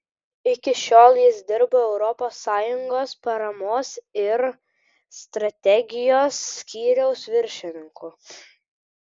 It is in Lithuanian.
iki šiol jis dirbo europos sąjungos paramos ir strategijos skyriaus viršininku